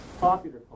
popular